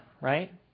right